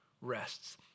rests